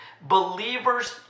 believers